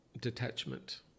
detachment